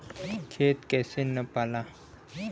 खेत कैसे नपाला?